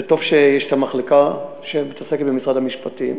וטוב שיש מחלקה שמתעסקת בזה במשרד המשפטים,